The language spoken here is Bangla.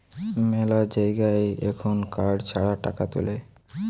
মেলা জায়গায় এখুন কার্ড ছাড়া টাকা তুলে